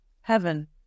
Heaven